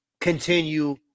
continue